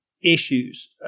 issues